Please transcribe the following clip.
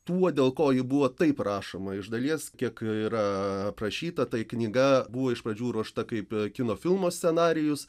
tuo dėl ko ji buvo taip rašoma iš dalies kiek yra aprašyta tai knyga buvo iš pradžių ruošta kaip kino filmo scenarijus